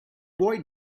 boy